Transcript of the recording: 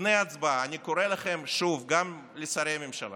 לפני ההצבעה אני קורא לכם שוב, גם לשרי הממשלה